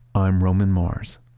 i'm roman mars